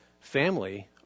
family